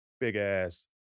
big-ass